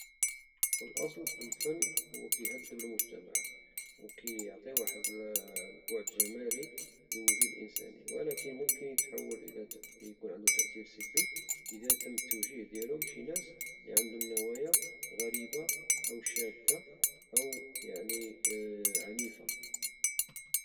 في الاصل الفن هو كيهدم المجتمع او كيعطي واحد البعد جمالي للوجود الانساني ولكن ممكن اتحول اكون عندو تأتير سلبي الى تم التوجيه ديالو من شي ناس اللي عندهم نوايا غريبة او شادة او يعني عنيفة